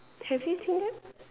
have you seen it